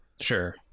Sure